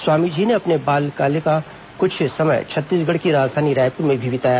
स्वामी जी ने अपने बाल्यकाल का कुछ समय छत्तीसगढ़ की राजधानी रायपुर में भी बिताया